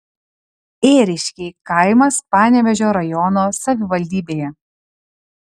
ėriškiai kaimas panevėžio rajono savivaldybėje